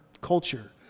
culture